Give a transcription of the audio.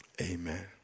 amen